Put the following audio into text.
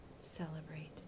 celebrate